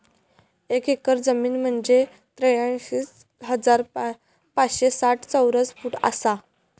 एक एकर जमीन म्हंजे त्रेचाळीस हजार पाचशे साठ चौरस फूट आसा